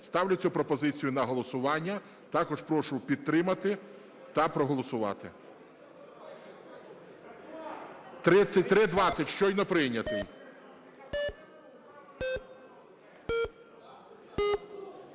Ставлю цю пропозицію на голосування. Також прошу підтримати та проголосувати. 3320, щойно прийнятий.